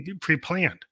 pre-planned